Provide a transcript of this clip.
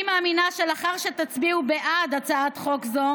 אני מאמינה שלאחר שתצביעו בעד הצעת חוק זו